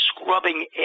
scrubbing